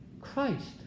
Christ